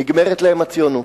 נגמרת להם הציונות.